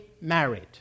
married